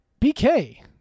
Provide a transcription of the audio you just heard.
BK